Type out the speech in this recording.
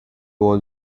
was